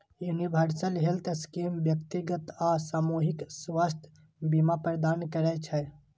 universal health scheme व्यक्तिगत आ सामूहिक स्वास्थ्य बीमा प्रदान करै छै